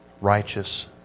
righteous